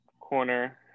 corner